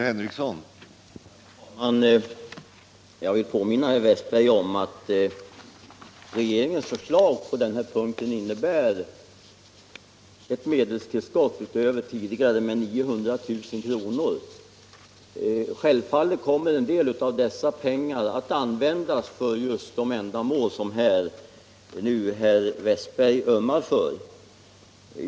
Herr talman! Jag vill påminna herr Westberg om att regeringens förslag på denna punkt innebär ett medelstillskott utöver tidigare anslag med 900 000 kr. Självfallet kommer en del av dessa pengar att användas för just de ändamål som herr Westberg nu ömmar för.